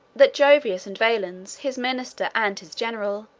that jovius and valens, his minister and his general,